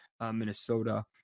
Minnesota